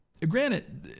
Granted